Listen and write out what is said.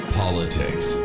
politics